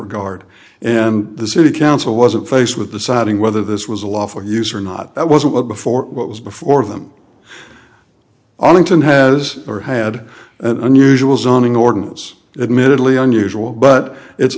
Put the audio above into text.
regard and the city council wasn't faced with the citing whether this was a lawful use or not that wasn't what before what was before them arlington has or had an unusual zoning ordinance admittedly unusual but it's